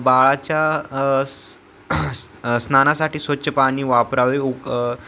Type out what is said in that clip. बाळाच्या स् स्नानासाठी स्वच्छ पाणी वापरावे उक